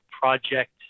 project